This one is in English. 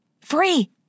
Free